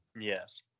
Yes